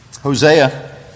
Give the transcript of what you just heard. Hosea